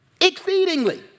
Exceedingly